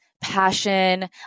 passion